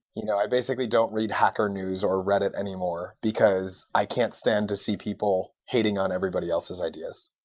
you know i basically don't read hacker news or reddit anymore, because i can't stand to see people hating on everybody else's ideas.